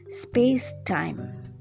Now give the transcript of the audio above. space-time